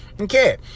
Okay